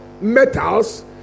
metals